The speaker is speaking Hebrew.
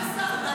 יריב?